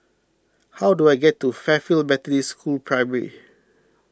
how do I get to Fairfield Methodist School Primary